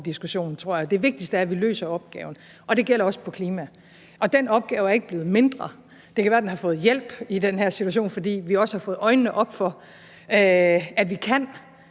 diskussion, tror jeg. Det vigtigste er, at vi løser opgaven. Det gælder også på klima, og den opgave er ikke blevet mindre. Det kan være, den har fået hjælp i den her situation, fordi vi også har fået øjnene op for, at vi kan